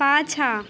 पाछाँ